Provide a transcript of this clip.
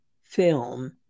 film